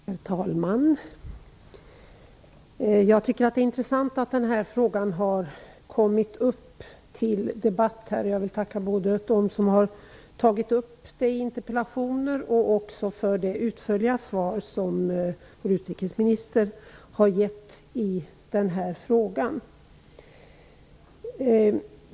Herr talman! Jag tycker att det är intressant att den här frågan har kommit upp till debatt. Jag vill tacka dem som har framställt interpellationerna. Jag vill också tacka för det utförliga svar som vår utrikesminister har gett.